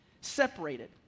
separated